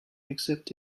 accept